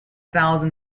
thousand